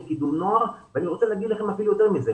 אני רוצה להגיד לכם אפילו יותר מזה.